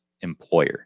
employer